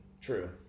True